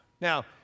Now